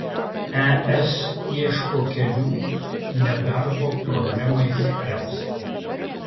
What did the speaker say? es ieško kelių nedarbo problemai spręsti